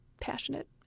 passionate